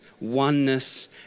oneness